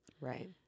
Right